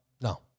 no